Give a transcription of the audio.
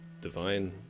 divine